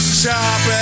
sharp